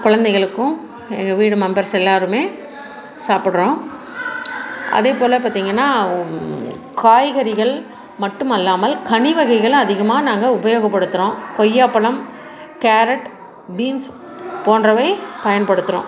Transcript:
குழந்தைகளுக்கும் எங்கள் வீட்டு மெம்பர்ஸ் எல்லோருமே சாப்பிட்றோம் அதே போல் பார்த்திங்கன்னா காய்கறிகள் மட்டுமல்லாமல் கனி வகைகள் அதிகமாக நாங்கள் உபயோகப்படுத்துகிறோம் கொய்யாப்பழம் கேரட் பீன்ஸ் போன்றவை பயன்படுத்துகிறோம்